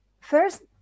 First